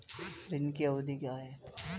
ऋण की अवधि क्या है?